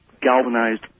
galvanized